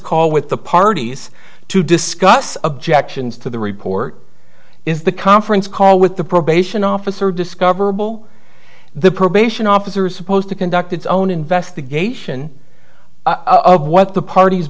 call with the parties to discuss objections to the report is the conference call with the probation officer discoverable the probation officer is supposed to conduct its own investigation of what the parties